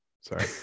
Sorry